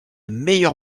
meilleure